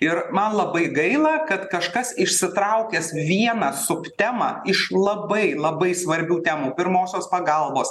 ir man labai gaila kad kažkas išsitraukęs vieną subtemą iš labai labai svarbių temų pirmosios pagalbos